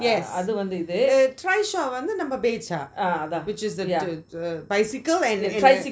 yes the trishaw நம்ம:namma becak which is the the bicycle and என்ன:enna